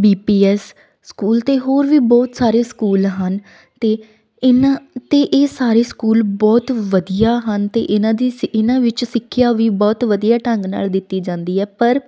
B P S school ਅਤੇ ਹੋਰ ਵੀ ਬਹੁਤ ਸਾਰੇ ਸਕੂਲ ਹਨ ਅਤੇ ਇਹਨਾਂ ਅਤੇ ਇਹ ਸਾਰੇ ਸਕੂਲ ਬਹੁਤ ਵਧੀਆ ਹਨ ਅਤੇ ਇਹਨਾਂ ਦੀ ਸ ਇਹਨਾਂ ਵਿੱਚ ਸਿੱਖਿਆ ਵੀ ਬਹੁਤ ਵਧੀਆ ਢੰਗ ਨਾਲ ਦਿੱਤੀ ਜਾਂਦੀ ਹੈ ਪਰ